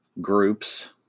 groups